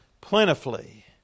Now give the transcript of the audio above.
plentifully